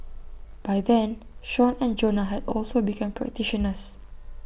by then Sean and Jonah had also become practitioners